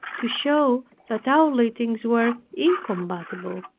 to show that our leadings were incompatible.